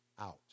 out